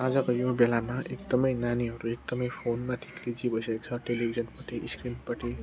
आजको यो बेलामा एकदमै नानीहरू एकदमै फोनमा यति बिजि भइसकेको छ टेलिभिजनपट्टि स्क्रिनपट्टि